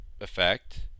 effect